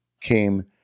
came